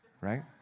right